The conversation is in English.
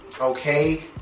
okay